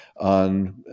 on